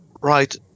right